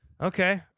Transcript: okay